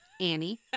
Annie